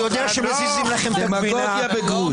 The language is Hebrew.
אני יודע שמזיזים לכם את הגבינה -- דמגוגיה בגרוש.